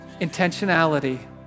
intentionality